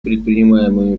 предпринимаемые